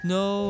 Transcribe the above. no